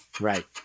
Right